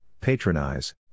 patronize